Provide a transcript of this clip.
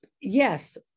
Yes